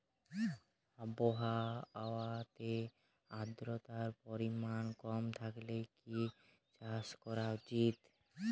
আবহাওয়াতে আদ্রতার পরিমাণ কম থাকলে কি চাষ করা উচিৎ?